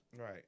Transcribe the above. Right